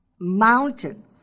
Mountain